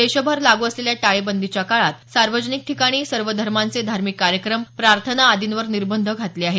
देशभर लागू असलेल्या टाळेबंदीच्या काळात सार्वजनिक ठिकाणी सर्व धर्मांचे धार्मिक कार्यक्रम प्रार्थना आदींवर निर्बंध घातले आहेत